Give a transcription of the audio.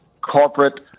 corporate